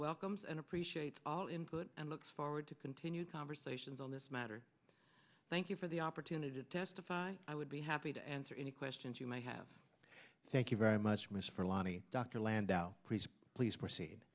welcomes and appreciates all input and looks forward to continue conversations on this matter thank you for the opportunity to testify i would be happy to answer any questions you may have thank you very much mr lani dr landau please please proceed